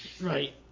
Right